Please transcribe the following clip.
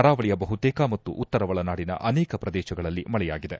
ಕರಾವಳಿಯ ಬಹುತೇಕ ಮತ್ತು ಉತ್ತರ ಒಳನಾಡಿನ ಅನೇಕ ಪ್ರದೇಶಗಳಲ್ಲಿ ಮಳೆಯಗಿದೆ